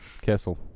Kessel